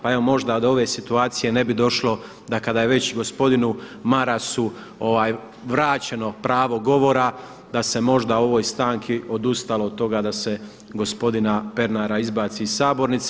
Pa evo možda do ove situacije ne bi došlo da kada je već gospodinu Marasu vraćeno pravo govora da se možda u ovoj stanci odustalo od toga da se gospodina Pernara izbaci iz sabornice.